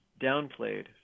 downplayed